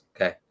Okay